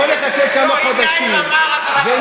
בוא נחכה כמה חודשים ונראה.